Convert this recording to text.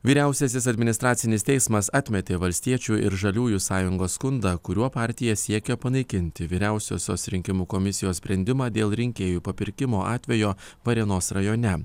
vyriausiasis administracinis teismas atmetė valstiečių ir žaliųjų sąjungos skundą kuriuo partija siekia panaikinti vyriausiosios rinkimų komisijos sprendimą dėl rinkėjų papirkimo atvejo varėnos rajone